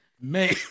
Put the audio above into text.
Man